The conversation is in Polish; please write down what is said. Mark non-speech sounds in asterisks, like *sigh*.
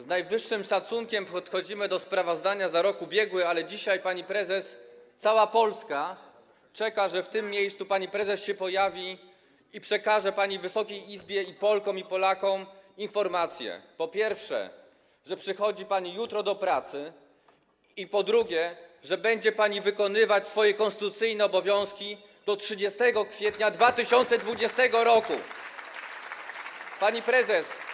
Z najwyższym szacunkiem podchodzimy do sprawozdania za rok ubiegły, ale dzisiaj, pani prezes, cała Polska czeka, żeby w tym miejscu pani prezes się pojawiła i przedstawiła pani Wysokiej Izbie oraz Polkom i Polakom informację: po pierwsze, że przychodzi pani jutro do pracy i, po drugie, że będzie pani wykonywać swoje konstytucyjne obowiązki do 30 kwietnia 2020 r. *applause* Pani Prezes!